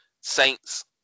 Saints